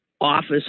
office